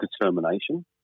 determination